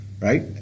right